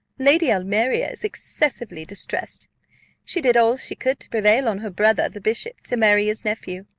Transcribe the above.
lady almeria is excessively distressed she did all she could to prevail on her brother, the bishop, to marry his nephew,